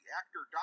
actor